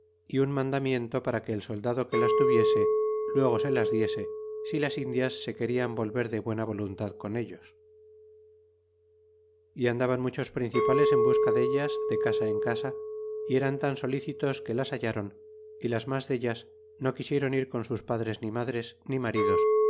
é un mandamiento para que el soldado que las tuviese luego se las diese si las indias se querian volver de buena voluntad con ellos y andaban muchos principales en busca dellas de casa en casa y eran tan solícitos que las hallaron y las mas dellas no quisieron ir con sus padres ni madres ni maridos